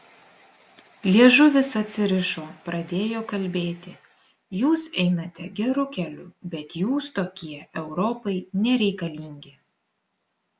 liežuvis atsirišo pradėjo kalbėti jūs einate geru keliu bet jūs tokie europai nereikalingi